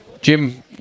Jim